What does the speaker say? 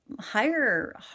higher